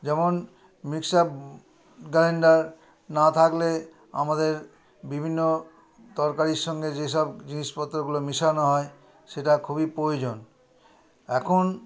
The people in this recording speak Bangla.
যেমন মিক্সার গ্রাইন্ডার না থাকলে আমাদের বিভিন্ন তরকারির সঙ্গে যেসব জিনিসপত্রগুলো মেশানো হয় সেটা খুবই প্রয়োজন এখন